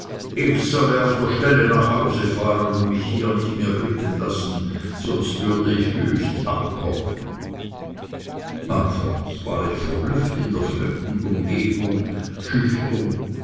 ich solle auf der stelle nach hause fahren und mich hier nicht mehr blicken lassen sonst würde ich wüst abkommen anfangs war ich verblüfft und in der fremden umgebung schüchtern